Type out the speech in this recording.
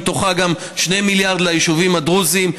ומתוך זה גם 2 מיליארד ליישובים הדרוזיים,